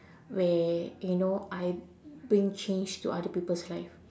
where you know I bring change to other people's life